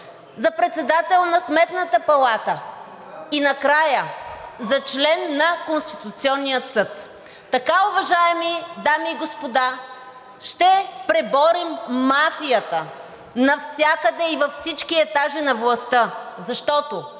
за председател на Сметната палата и накрая за член на Конституционния съд. Така, уважаеми дами и господа, ще преборим мафията навсякъде и във всички етажи на властта, защото